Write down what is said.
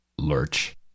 Lurch